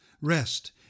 rest